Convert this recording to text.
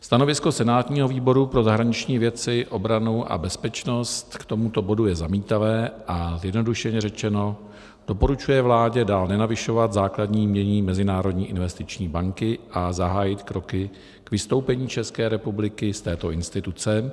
Stanovisko senátního výboru pro zahraniční věci, obranu a bezpečnost k tomuto bodu je zamítavé, a zjednodušeně řečeno, doporučuje vládě dál nenavyšovat základní jmění Mezinárodní investiční banky a zahájit kroky k vystoupení České republiky z této instituce.